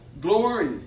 glory